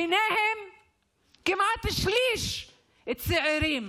ובהם כמעט שליש צעירים,